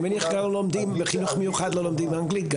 אני מניח שבחינוך המיוחד לא לומדים גם אנגלית,